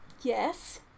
Yes